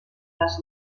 les